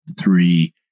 three